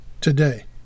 today